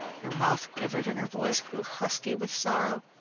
her mouth quivered and her voice grew husky with sorrow.